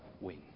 win